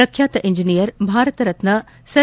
ಪ್ರಖ್ಯಾತ engineer Bharat Ratna sir